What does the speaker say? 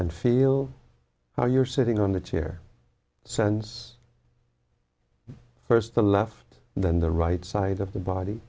and feel how you're sitting on the chair sense first the left than the right side of the body